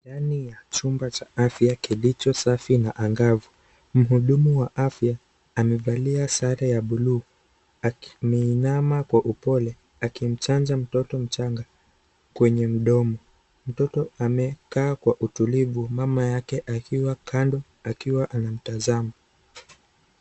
Ndani ya chumba cha afya kilicho safi na angavu; mhudumu wa afya amevalia sare ya buluu ameinama kwa upole, akimchanja mtoto mchanga kwenye mdomo. Mtoto amekaa kwa utulivu, mama yake akiwa kando akiwa anamtazama.